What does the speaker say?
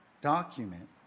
document